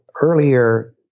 earlier